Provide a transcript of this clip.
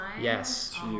yes